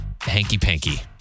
hanky-panky